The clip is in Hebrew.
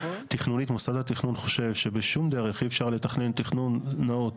תכנונית מוסד התכנון חושב שבשום דרך אי אפשר לתכנן תכנון נאות